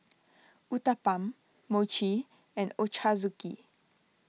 Uthapam Mochi and Ochazuke